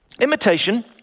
Imitation